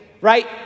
right